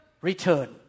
return